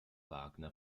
wagner